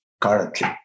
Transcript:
currently